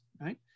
right